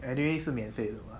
anyway 是免费的 what